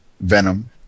venom